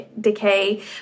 decay